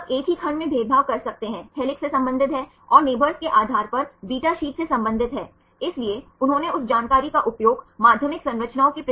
तो इन अवशेषों की नियमित व्यवस्था के आधार पर विभिन्न प्रकार की माध्यमिक संरचनाएं हैं